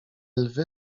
lwy